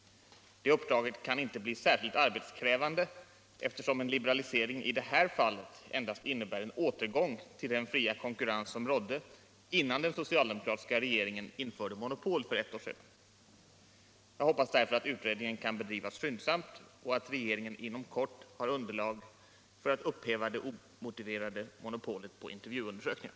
Det uppdraget kan inte bli särskilt arbetskrävande, eftersom en liberalisering i det här fallet endast innebär en återgång till den fria konkurrens som rådde innan den socialdemokratiska regeringen införde monopol för ett år sedan. Jag hoppas därför att utredningen kan bedrivas skyndsamt och att regeringen inom kort har underlag för att upphäva det omotiverade monopolet på intervjuundersökningar.